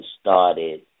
started